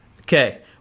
Okay